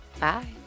Bye